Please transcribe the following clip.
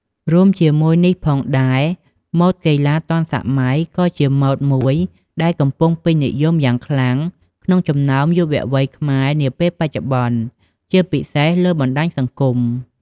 រួមជាមួយនេះផងដែរ ម៉ូដកីឡាទាន់សម័យ ក៏ជាម៉ូដមួយដែលកំពុងពេញនិយមយ៉ាងខ្លាំងក្នុងចំណោមយុវវ័យខ្មែរនាពេលបច្ចុប្បន្ន ជាពិសេសលើបណ្ដាញសង្គម។